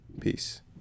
Peace